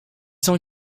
cent